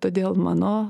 todėl mano